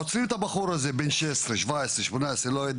עוצרים את הבחור הזה, בן 16,17,18, לא יודע